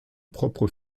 propre